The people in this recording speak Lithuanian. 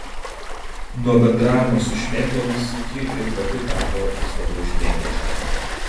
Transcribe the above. nuo bendravimo su šmėklomis ji ir pati tapo vis labiau šmėkliška